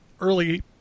early